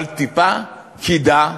אבל טיפה קידה,